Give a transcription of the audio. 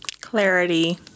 clarity